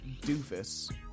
doofus